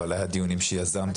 אבל היו דיונים שאני יזמתי,